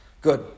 Good